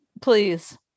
Please